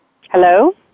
Hello